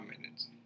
minutes